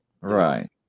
Right